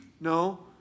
No